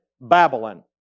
Babylon